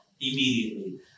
immediately